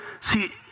See